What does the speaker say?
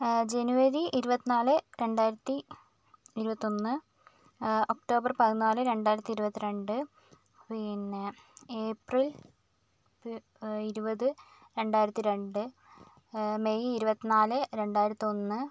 ജനുവരി ഇരുപത്തി നാല് രണ്ടായിരത്തി ഇരുപത്തൊന്ന് ഒക്ടോബർ പതിനാല് രണ്ടായിരത്തി ഇരുപത്തി രണ്ട് പിന്നെ ഏപ്രിൽ ഇരുപത് രണ്ടായിരത്തി രണ്ട് മെയ് ഇരുപത്തിനാല് രണ്ടായിരത്തി ഒന്ന്